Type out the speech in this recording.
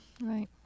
Right